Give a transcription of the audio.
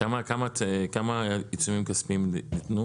כמה עיצומים כספיים ניתנו